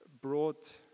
brought